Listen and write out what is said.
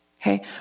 okay